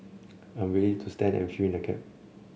I'm ready to stand and fill in the gap